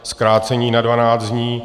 Zkrácení na 12 dní.